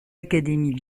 académies